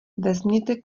vezměte